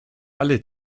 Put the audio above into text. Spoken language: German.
alle